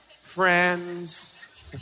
Friends